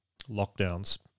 lockdowns